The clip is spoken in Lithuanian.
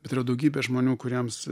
bet yra daugybė žmonių kuriems